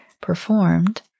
performed